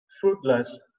fruitless